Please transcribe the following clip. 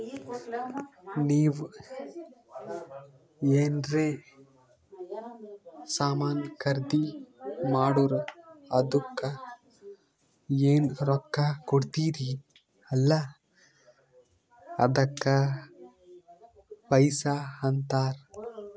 ನೀವ್ ಎನ್ರೆ ಸಾಮಾನ್ ಖರ್ದಿ ಮಾಡುರ್ ಅದುಕ್ಕ ಎನ್ ರೊಕ್ಕಾ ಕೊಡ್ತೀರಿ ಅಲ್ಲಾ ಅದಕ್ಕ ಪ್ರೈಸ್ ಅಂತಾರ್